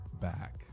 back